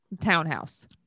Townhouse